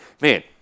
man